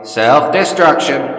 self-destruction